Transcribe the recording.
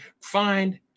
find